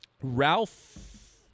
Ralph